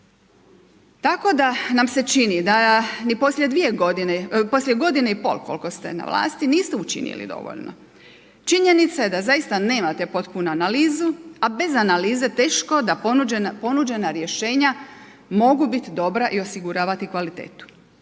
čini da ni poslije dvije godine, poslije godine i pol koliko ste na vlasti niste učinili dovoljno. Činjenica je da zaista nemate potpunu analizu. A bez analize teško da ponuđena rješenja mogu biti dobra i osiguravati kvalitetu.